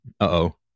uh-oh